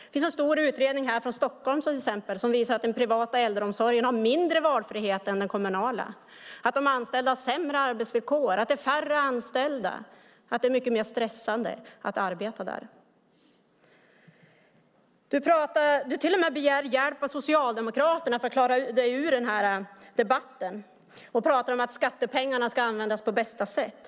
Det finns en stor utredning från Stockholm som visar att man i den privata äldreomsorgen har mindre valfrihet än den kommunala. De anställda har sämre arbetsvillkor, det är färre anställda och det är mycket mer stressande att arbeta där. Du begär till och med hjälp av Socialdemokraterna, Per Åsling, för att klara dig ur den här debatten. Du talar om att skattepengarna ska användas på bästa sätt.